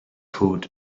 food